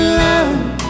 love